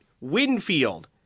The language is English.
Winfield